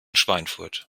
schweinfurt